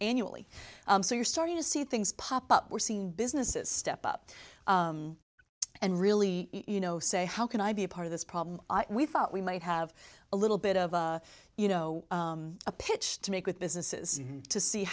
annually so you're starting to see things pop up we're seeing businesses step up and really you know say how can i be a part of this problem we thought we might have a little bit of a you know a pitch to make with businesses to see